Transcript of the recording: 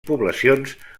poblacions